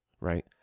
right